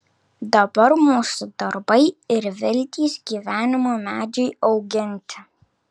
dabar mūsų darbai ir viltys gyvenimo medžiui auginti